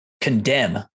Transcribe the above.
condemn